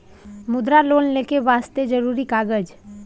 मुद्रा लोन लेके वास्ते जरुरी कागज?